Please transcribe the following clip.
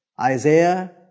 Isaiah